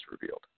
revealed